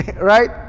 Right